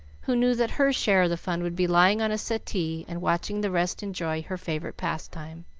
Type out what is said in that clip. who knew that her share of the fun would be lying on a settee and watching the rest enjoy her favorite pastime.